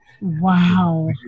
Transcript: wow